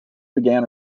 began